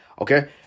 Okay